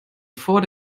vor